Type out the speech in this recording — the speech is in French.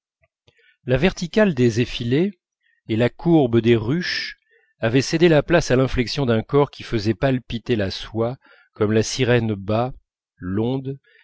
la verticale des effilés et la courbe des ruches avaient cédé la place à l'inflexion d'un corps qui faisait palpiter la soie comme la sirène bat l'onde